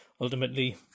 ultimately